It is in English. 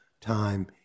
time